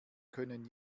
können